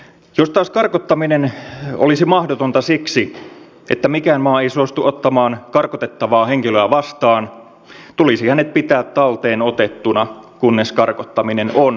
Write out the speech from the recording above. jos taas karkottaminen olisi mahdotonta siksi että mikään maa ei suostu ottamaan karkotettavaa henkilöä vastaan tulisi hänet pitää talteenotettuna kunnes karkottaminen on mahdollista